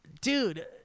Dude